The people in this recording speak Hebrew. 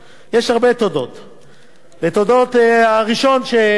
הראשון שאני אומר לך שזכאי לתודות,